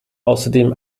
außerdem